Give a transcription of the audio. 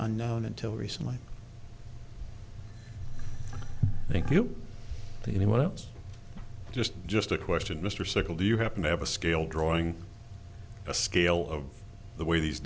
unknown until recently thank you to anyone else just just a question mr circle do you happen to have a scale drawing a scale of the way these